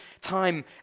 time